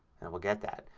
and we'll get that.